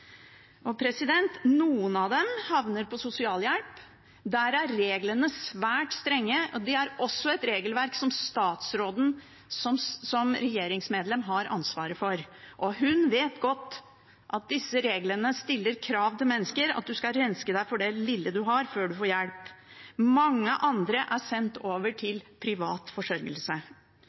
Noen av dem havner på sosialhjelp. Der er reglene svært strenge, og det er også et regelverk som statsråden, som regjeringsmedlem, har ansvaret for. Hun vet godt at disse reglene stiller krav til mennesker om at man skal renske seg for det lille man har, før man får hjelp. Mange andre er sendt over til privat forsørgelse.